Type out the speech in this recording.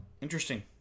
Interesting